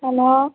hello